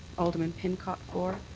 alderman pincott for.